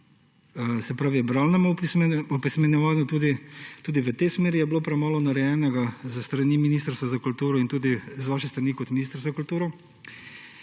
knjigam, tudi bralnemu opismenjevanju, tudi v tej smeri je bilo premalo narejenega s strani Ministrstva za kulturo in z vaše strani kot ministra za kulturo.